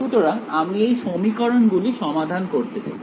সুতরাং আমি এই সমীকরণ গুলি সমাধান করতে চাই